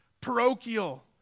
parochial